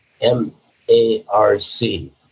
M-A-R-C